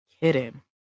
kidding